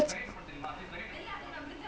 then all go err secondary school become buff